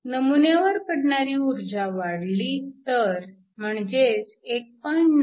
नमुन्यावर पडणारी ऊर्जा वाढली तर म्हणजेच 1